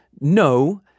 no